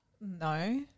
No